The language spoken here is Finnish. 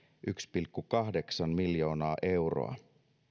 yksi pilkku kahdeksan miljoonaa euroa